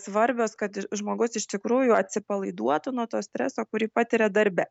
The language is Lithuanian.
svarbios kad žmogus iš tikrųjų atsipalaiduotų nuo to streso kurį patiria darbe